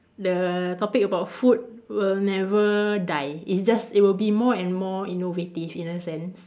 the topic about food will never die it just it will be more and more innovative in a sense